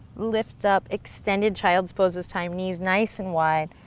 lift up, extending childs pose this time, knees nice and wide,